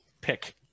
pick